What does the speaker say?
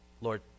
Lord